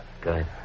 Good